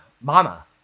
Mama